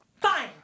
Fine